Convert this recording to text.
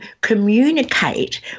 communicate